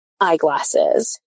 eyeglasses